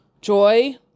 joy